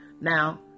Now